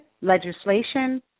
legislation